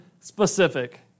specific